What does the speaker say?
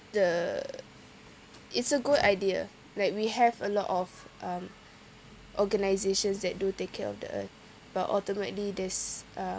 the it's a good idea like we have a lot of um organisations that do take care of the earth but ultimately this uh